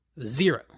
Zero